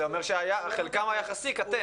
זה אומר שחלקם היחסי קטן.